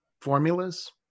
formulas